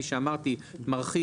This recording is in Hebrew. אמרתי מרחיב